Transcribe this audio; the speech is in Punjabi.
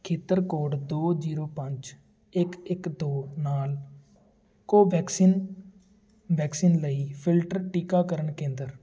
ਖੇਤਰ ਕੋਡ ਦੋ ਜ਼ੀਰੋ ਪੰਜ ਇਕ ਇਕ ਦੋ ਨਾਲ ਕੋਵੈਕਸਿਨ ਵੈਕਸੀਨ ਲਈ ਫਿਲਟਰ ਟੀਕਾਕਰਨ ਕੇਂਦਰ